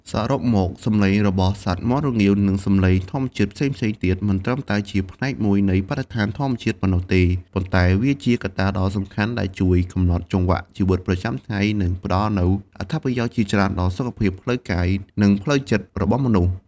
សរុបមក សំឡេងរបស់សត្វមាន់រងាវ និងសំឡេងធម្មជាតិផ្សេងៗទៀត មិនត្រឹមតែជាផ្នែកមួយនៃបរិស្ថានធម្មជាតិប៉ុណ្ណោះទេ ប៉ុន្តែវាជាកត្តាដ៏សំខាន់ដែលជួយកំណត់ចង្វាក់ជីវិតប្រចាំថ្ងៃ និងផ្តល់នូវអត្ថប្រយោជន៍ជាច្រើនដល់សុខភាពផ្លូវកាយ និងផ្លូវចិត្តរបស់មនុស្ស។